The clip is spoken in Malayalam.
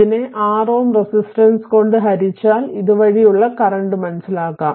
ഇതിനെ 6 Ω റെസിസ്റ്റൻസ് കൊണ്ട് ഹരിച്ചാൽ ഇത് വഴി ഉള്ള കറന്റ് മനസിലാക്കാം